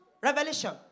Revelation